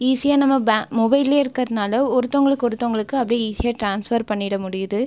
ஈஸியாக நம்ம மொபைலேயே இருக்கிறதுனால ஒருத்தவர்களுக்கு ஒருத்தவர்களுக்கு அப்படியே ஈஸியாக ட்ரான்ஸ்ஃபர் பண்ணிவிட முடியுது